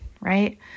right